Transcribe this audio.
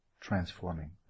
transforming